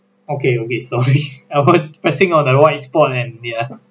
okay okay sorry I was pressing on ya